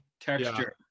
texture